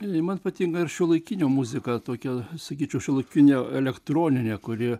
a man patinka ir šiuolaikinė muzika tokia sakyčiau šiuolaikinė elektroninė kuri